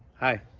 hi,